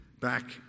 back